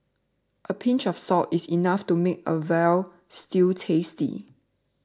a pinch of salt is enough to make a Veal Stew tasty